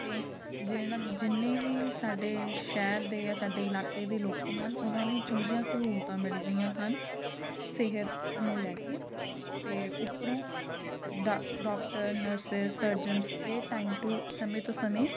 ਅਤੇ ਜਿਹਨ ਜਿੰਨੇ ਵੀ ਸਾਡੇ ਸ਼ਹਿਰ ਦੇ ਜਾ ਸਾਡੇ ਇਲਾਕੇ ਦੇ ਲੋਕ ਹਨ ਉਹਨਾਂ ਨੂੰ ਚੰਗੀਆਂ ਸਹੂਲਤਾਂ ਮਿਲ ਰਹੀਆਂ ਹਨ ਸਿਹਤ ਨੂੰ ਲੈ ਕੇ ਅਤੇ ਉੱਪਰੋਂ ਡਾ ਡੋਕਟਰ ਨਰਸਜ਼ ਸਰਜਨਜ਼ ਇਹ ਟਾਈਮ ਟੂ ਸਮੇਂ ਤੋਂ ਸਮੇਂ